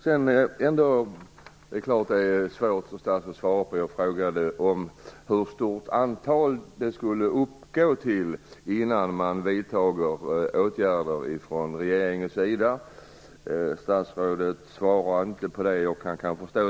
Det är klart att det är svårt för statsrådet att svara på min fråga om hur stort antal fall det skulle behöva vara fråga om innan man från regeringens sida vidtar åtgärder. Statsrådet svarade inte, och det kan jag kanske förstå.